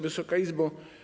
Wysoka Izbo!